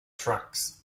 tracks